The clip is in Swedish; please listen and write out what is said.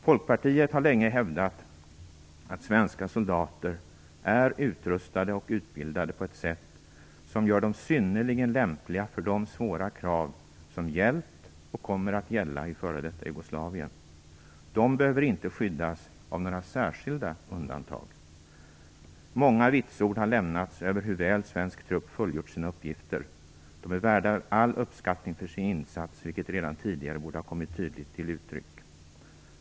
Folkpartiet har länge hävdat att svenska soldater är utrustade och utbildade på ett sätt som gör dem synnerligen lämpliga för de svåra krav som gällt och kommer att gälla i före detta Jugoslavien. De behöver inte skyddas av några särskilda undantag. Många vitsord har lämnats över hur väl svensk trupp fullgjort sin uppgift. De är värda all uppskattning för sin insats, vilket redan tidigare borde ha kommit tydligare till uttryck.